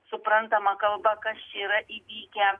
suprantama kalba kas čia yra įvykę